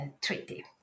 Treaty